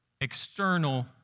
external